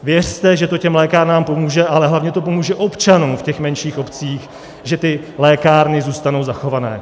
Věřte, že to těm lékárnám pomůže, ale hlavně to pomůže občanům v těch menších obcích, že ty lékárny zůstanou zachované